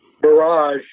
barrage